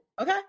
Okay